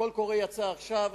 קול קורא יצא עכשיו,